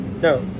No